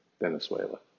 Venezuela